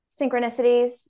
synchronicities